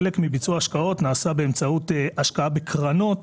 חלק מביצוע ההשקעות נעשה באמצעות השקעה בקרנות,